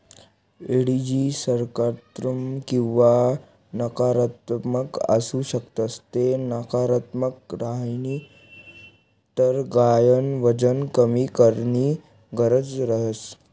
एडिजी सकारात्मक किंवा नकारात्मक आसू शकस ते नकारात्मक राहीन तर गायन वजन कमी कराणी गरज रहस